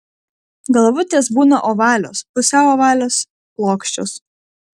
galvutės būna ovalios pusiau ovalios plokščios